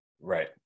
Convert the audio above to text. Right